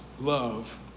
love